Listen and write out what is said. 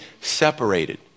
separated